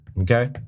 Okay